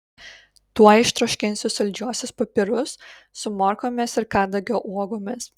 tuoj ištroškinsiu saldžiuosius pipirus su morkomis ir kadagio uogomis